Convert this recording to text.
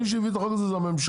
מי שהביא את החוק הזה זו הממשלה,